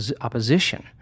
opposition